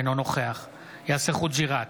אינו נוכח יאסר חוג'יראת,